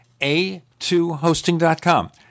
A2hosting.com